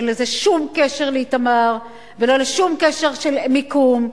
אין לזה שום קשר לאיתמר ושום קשר למיקום.